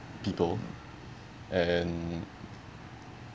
people and